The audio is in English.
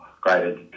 great